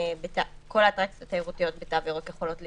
כל האטרקציות התיירותיות בתו ירוק יכולות להיפתח,